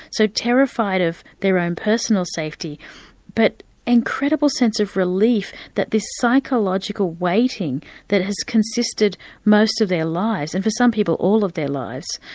so terrified of their own personal safety but incredible sense of relief that this psychological waiting that has consisted most of their lives, and for some people all of their lives,